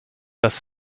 das